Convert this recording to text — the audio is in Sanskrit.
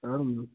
आम्